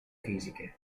fisiche